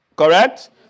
Correct